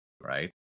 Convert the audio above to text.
right